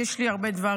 כי יש לי הרבה דברים.